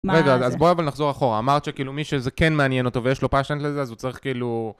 רגע אז בואי אבל נחזור אחורה, אמרת שכאילו מי שזה כן מעניין אותו ויש לו passion לזה, אז הוא צריך כאילו...